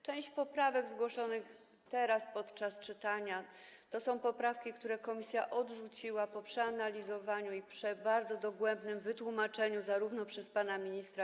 Część poprawek zgłoszonych teraz, podczas czytania, to poprawki, które komisja odrzuciła po przeanalizowaniu i bardzo dogłębnym wytłumaczeniu tego przez pana ministra.